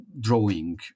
drawing